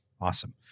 Awesome